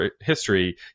history